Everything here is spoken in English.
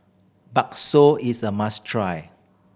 bakso is a must try